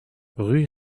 rue